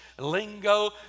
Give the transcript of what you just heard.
lingo